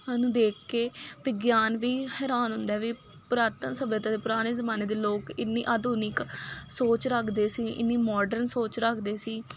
ਨੂੰ ਦੇਖ ਕੇ ਅਤੇ ਗਿਆਨ ਵੀ ਹੈਰਾਨ ਹੁੰਦਾ ਹੈ ਵੀ ਪੁਰਾਤਨ ਸੱਭਿਅਤਾ ਦੇ ਪੁਰਾਣੇ ਜ਼ਮਾਨੇ ਦੇ ਲੋਕ ਇੰਨੀ ਆਧੁਨਿਕ ਸੋਚ ਰੱਖਦੇ ਸੀ ਇੰਨੀ ਮਾਡਰਨ ਸੋਚ ਰੱਖਦੇ ਸੀ